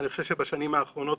אני חושב שבשנים האחרונות